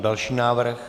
Další návrh?